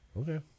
Okay